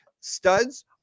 studs